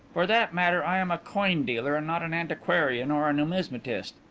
for that matter i am a coin dealer and not an antiquarian or a numismatist.